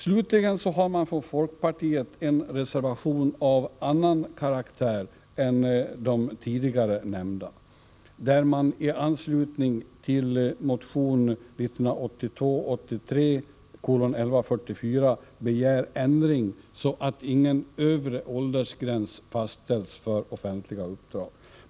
Slutligen har man från folkpartiet en reservation av annan karaktär än de tidigare nämnda, där man i anslutning till motion 1982/83:1144 begär ändring så att ingen övre åldersgräns fastställs för offentliga uppdrag.